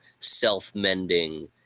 self-mending